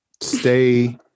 stay